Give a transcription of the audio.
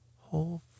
whole